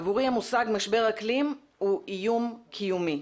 עבורי המושג משבר אקלים הוא איום קיומי.